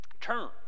turn